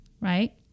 right